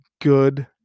Good